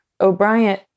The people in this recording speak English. O'Brien